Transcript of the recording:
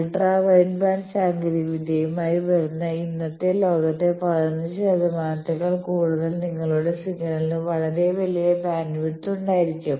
ultra wide band സാങ്കേതികവിദ്യയുമായി വരുന്ന ഇന്നത്തെ ലോകത്ത് 15 ശതമാനതേക്കാൾ കൂടുതൽ നിങ്ങളുടെ സിഗ്നലിന് വളരെ വലിയ ബാൻഡ്വിഡ്ത്ത് ഉണ്ടായിരിക്കും